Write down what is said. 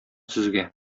сезгә